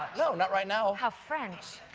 yeah not right now. how french!